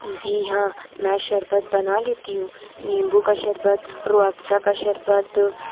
جی ہاں میں شربت بنا لیتی ہوں نیمبو کا شربت روح افزاء کا شربت